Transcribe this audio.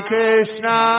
Krishna